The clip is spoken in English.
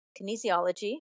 kinesiology